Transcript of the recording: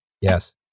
Yes